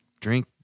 drink